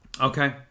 Okay